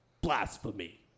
Blasphemy